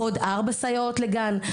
עוד ארבע סייעות לגן,